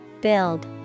Build